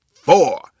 four